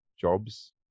jobs